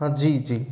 हाँ जी जी